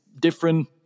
different